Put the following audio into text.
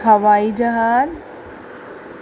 हवाई जहाज